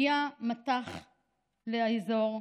הגיע מטח לאזור,